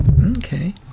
Okay